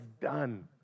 done